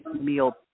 meal